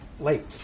Late